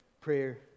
prayer